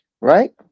right